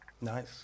Nice